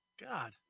God